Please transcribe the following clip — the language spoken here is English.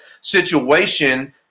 situation